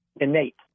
innate